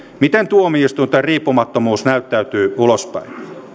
miten tuomioistuinten riippumattomuus näyttäytyy ulospäin